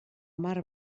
mar